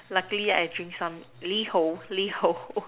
luckily I drank some LiHo LiHo